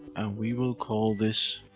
we will call this.